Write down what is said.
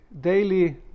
daily